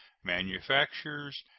manufactures,